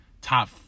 top